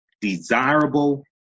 Desirable